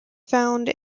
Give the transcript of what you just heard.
found